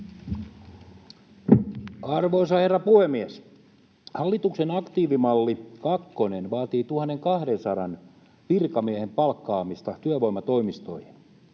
Arvoisa herra puhemies! Hallituksen aktiivimalli kakkonen vaatii 1 200 virkamiehen palkkaamista työvoimatoimistoihin.